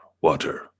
water